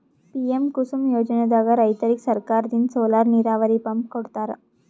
PM Kusum ಯೋಜನೆದಾಗ್ ರೈತರಿಗ್ ಸರ್ಕಾರದಿಂದ್ ಸೋಲಾರ್ ನೀರಾವರಿ ಪಂಪ್ ಕೊಡ್ತಾರ